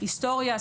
היסטוריה,